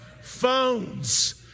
Phones